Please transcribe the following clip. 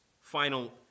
final